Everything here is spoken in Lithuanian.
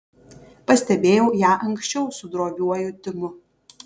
pastebėjau ją anksčiau su droviuoju timu